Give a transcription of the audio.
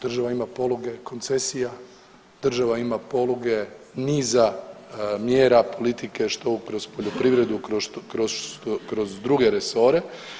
Država ima poluge koncesija, država ima poluge niza mjera politike, što kroz poljoprivredu, što kroz druge resore.